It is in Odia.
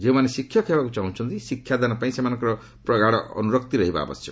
ଯେଉଁମାନେ ଶିକ୍ଷକ ହେବାକୁ ଚାହୁଁଛନ୍ତି ଶିକ୍ଷା ଦାନ ପାଇଁ ସେମାନଙ୍କର ପ୍ରଗାଢ଼ ଅନୁରୋକ୍ତି ରହିବା ଉଚିତ୍